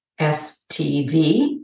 STV